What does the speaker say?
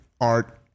art